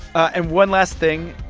and one last thing.